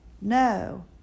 No